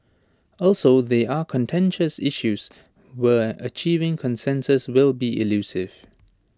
also they are contentious issues where achieving consensus will be elusive